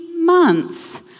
Months